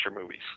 movies